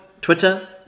Twitter